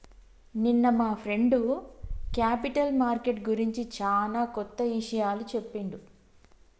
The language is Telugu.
నిన్న మా ఫ్రెండు క్యేపిటల్ మార్కెట్ గురించి చానా కొత్త ఇషయాలు చెప్పిండు